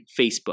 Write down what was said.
Facebook